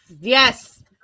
Yes